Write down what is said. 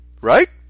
right